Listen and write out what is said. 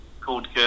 called